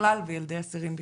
בכלל וילדי אסירים בפרט.